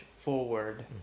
forward